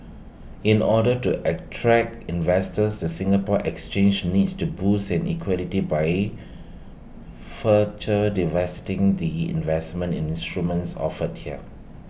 in order to attract investors the Singapore exchange needs to boost and liquidity by further de vesting the investment and instruments offered here